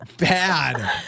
Bad